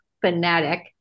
fanatic